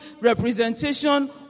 representation